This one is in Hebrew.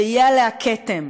ויהיה עליה כתם.